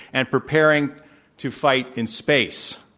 and preparing to fight in space.